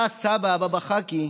אתה, סבא, הבבא חאקי,